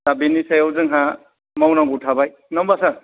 दा बेनि सायाव जोंहा मावनांगौ थाबाय नङा होनबा सार